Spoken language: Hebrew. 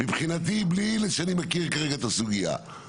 מבחינתי בלי שאני מכיר כרגע את הסוגייה,